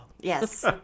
Yes